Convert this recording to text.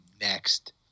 next